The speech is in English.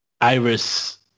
iris